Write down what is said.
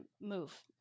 move